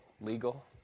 legal